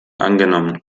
angenommen